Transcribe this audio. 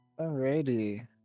Alrighty